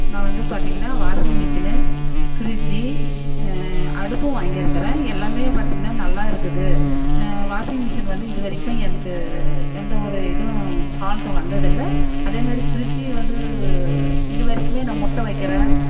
நான் வந்து பார்த்திங்கன்னா வாசிங் மிஷினு ஃப்ரிட்ஜி அடுப்பும் வாங்கிருக்கறேன் எல்லாம் பார்த்திங்கன்னா நல்லா இருக்குது வாசிங் மிஷினு வந்து இது வரைக்கும் எனக்கு எந்த ஒரு இதுவும் ஃபால்ட்டும் வந்ததில்லை அதே மாதிரி ஃப்ரிட்ஜி வந்து இது வரைக்கும் நான் முட்டை வக்கிறேன்